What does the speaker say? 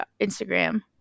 instagram